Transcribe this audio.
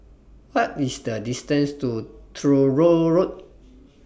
What IS The distance to Truro Road